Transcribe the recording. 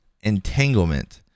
entanglement